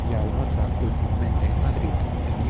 y aun otra últimamente en madrid en